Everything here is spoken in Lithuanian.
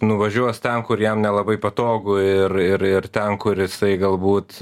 nuvažiuos ten kur jam nelabai patogu ir ir ir ten kuris galbūt